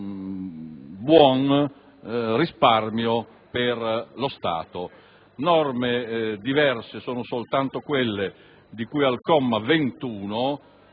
e oggettivo per lo Stato. Norme diverse sono soltanto quelle di cui al comma 21,